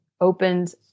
opened